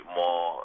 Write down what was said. more